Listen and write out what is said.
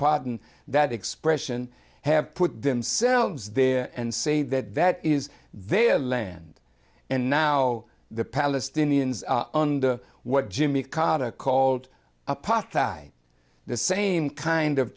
pardon that expression have put themselves there and say that that is their land and now the palestinians under what jimmy carter called apartheid the same kind of